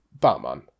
Batman